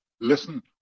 listen